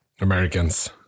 Americans